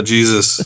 Jesus